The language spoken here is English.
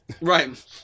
Right